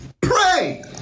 pray